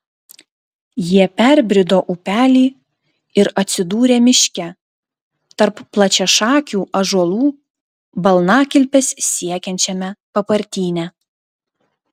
jie perbrido upelį ir atsidūrė miške tarp plačiašakių ąžuolų balnakilpes siekiančiame papartyne